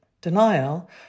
denial